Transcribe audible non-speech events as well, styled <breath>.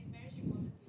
<breath>